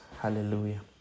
Hallelujah